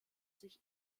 sich